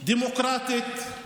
דמוקרטית,